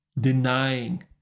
denying